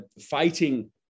fighting